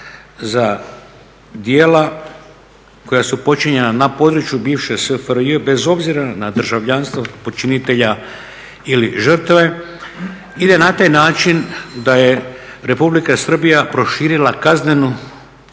za djela koja su počinjena na području bivše SFRJ bez obzira na državljanstvo počinitelja ili žrtve i da na taj način da je Republika Srbija proširila kaznenu